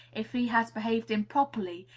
if he has behaved improperly,